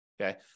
okay